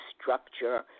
structure